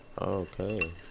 Okay